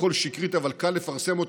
הכול שקרי, אבל קל לפרסם.